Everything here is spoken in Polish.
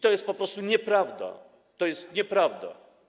To jest po prostu nieprawda, to jest nieprawda.